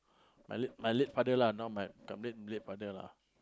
my late my late father lah now my c~ late late father lah